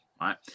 Right